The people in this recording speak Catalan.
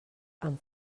amb